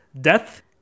death